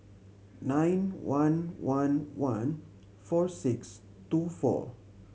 nine one one one four six two four